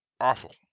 awful